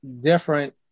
different